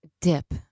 dip